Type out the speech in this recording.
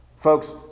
Folks